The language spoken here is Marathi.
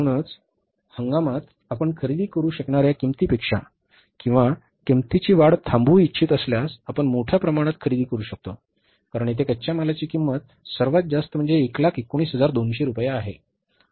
म्हणूनच हंगामात आपण खरेदी करू शकणाऱ्या किंमतीपेक्षा किंवा किंमतीची वाढ थांबवू इच्छित असल्यास आपण मोठ्या प्रमाणात खरेदी करू शकतो कारण येथे कच्च्या मालाची किंमत सर्वात जास्त म्हणजे 119200 रुपये आहे